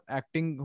acting